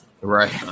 right